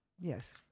yes